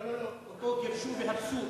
לא, את ביתו, גירשו והרסו.